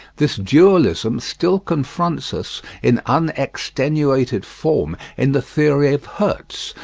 this dualism still confronts us in unextenuated form in the theory of hertz,